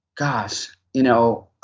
gosh, you know,